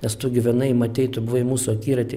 nes tu gyvenai matei tu buvai mūsų akiraty